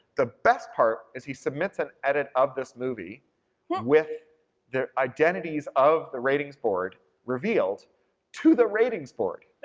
the best part is he submits an edit of this movie with the identities of the ratings board revealed to the ratings board.